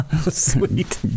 Sweet